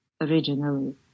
originally